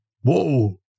whoa